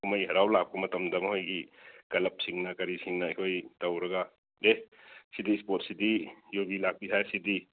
ꯀꯨꯝꯍꯩ ꯍꯥꯔꯥꯎ ꯂꯥꯛꯄ ꯃꯇꯝꯗ ꯃꯈꯣꯏꯒꯤ ꯀꯂꯞꯁꯤꯡꯅ ꯀꯔꯤꯁꯤꯡꯅ ꯑꯩꯈꯣꯏ ꯇꯧꯔꯒ ꯑꯦ ꯁꯤꯗꯤ ꯏꯁꯄꯣꯔꯠꯁꯤꯗꯤ ꯌꯨꯕꯤ ꯂꯥꯛꯄꯤ ꯍꯥꯏꯁꯤꯗꯤ